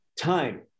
Time